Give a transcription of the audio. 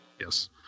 Yes